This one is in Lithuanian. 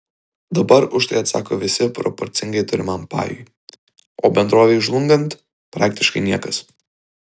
dabar už tai atsako visi proporcingai turimam pajui o bendrovei žlungant praktiškai niekas